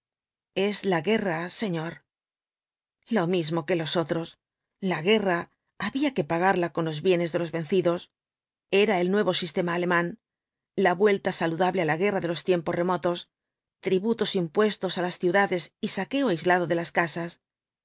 es la guerra señor lo mismo que los otros la guerra había que pagarla con los bienes de los vencidos era el nuevo sistema alemán la vuelta saludable á la guerra délos tiempos remotos tributos impuestos á las ciudades y saqueo aislado de las casas